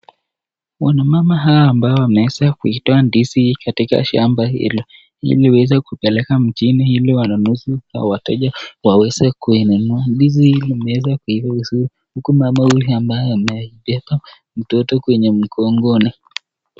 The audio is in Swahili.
Wanamama hao ambao wameweza kitoa ndizi hili katika shamba hilo, ili waweze kupeleka mjini ili wanunuzi au wateja waweze kuinunua , ndiizi hili unaweza kuiuza , huku mama huyu ambaye amebeba mtoto kwenye mgongoni.